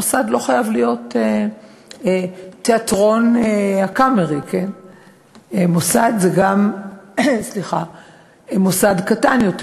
מוסד לא חייב להיות תיאטרון "הקאמרי"; מוסד זה גם מוסד קטן יותר,